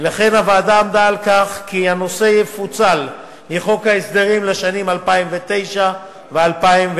ולכן הוועדה עמדה על כך שהנושא יפוצל מחוק ההסדרים לשנים 2009 ו-2010.